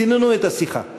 סיננו את השיחה,